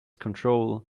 control